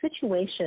situation